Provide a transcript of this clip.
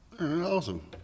Awesome